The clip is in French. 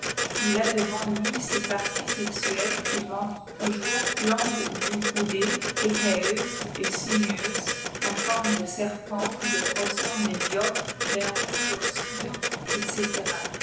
il a devant lui ses parties sexuelles qu'il toujours langue d'une coudée et siinueuses en forme de serpent de grosset mlbcre s f n rônèe obscur etc